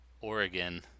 Oregon